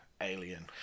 alien